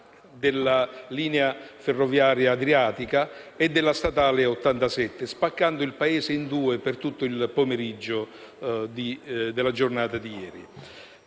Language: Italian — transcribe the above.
della linea ferroviaria adriatica e della strada statale 87, spaccando il Paese in due per tutto il pomeriggio della giornata di ieri.